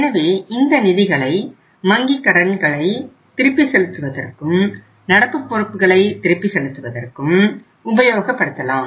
எனவே இந்த நிதிகளை வங்கி கடன்களை திருப்பி செலுத்துவதற்கும் நடப்பு பொறுப்புகளை திருப்பி செலுத்துவதற்கும் உபயோகப்படுத்தலாம்